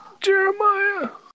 Jeremiah